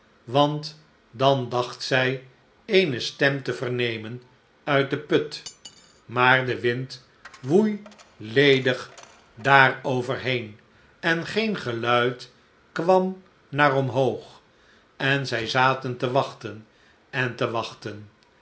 want dan dacht zij eene stem te vernemen uit den put maar de wind woei ledig daarover heen en geen geluid kwam naar omhoog en zij zaten te wachten en te wachten